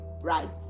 right